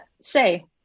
Say